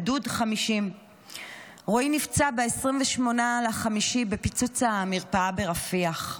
גדוד 50. רועי נפצע ב-28 במאי בפיצוץ המרפאה ברפיח.